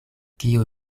kio